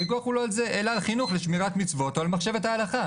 הוויכוח הוא לא על זה אלא על חינוך ושמירת מצוות או על מחשבת ההלכה.